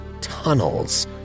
tunnels